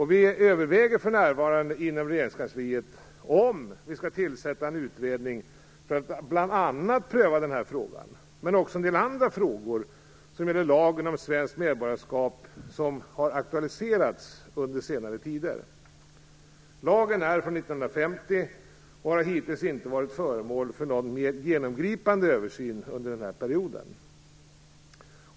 Vi överväger för närvarande inom regeringskansliet om vi skall tillsätta en utredning, bl.a. för att pröva den här frågan och också en del andra frågor som enligt lagen om svenskt medborgarskap aktualiserats under senare tid. Lagen är från 1950 och har hittills inte varit föremål för en mera genomgripande översyn under den här perioden.